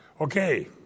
Okay